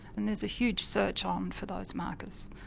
and there's a huge search on for those markers.